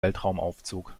weltraumaufzug